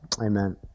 Amen